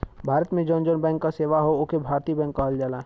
भारत में जौन जौन बैंक क सेवा हौ ओके भारतीय बैंक कहल जाला